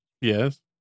Yes